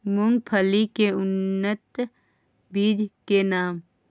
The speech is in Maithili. मूंगफली के उन्नत बीज के नाम?